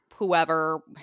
whoever